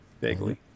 vaguely